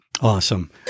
Awesome